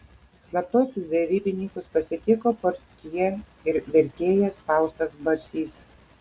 slaptuosius derybininkus pasitiko portjė ir vertėjas faustas barsys